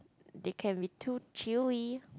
they can be too chewy